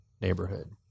neighborhood